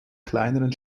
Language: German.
kleineren